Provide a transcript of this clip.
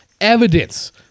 evidence